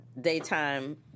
daytime